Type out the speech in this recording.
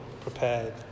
prepared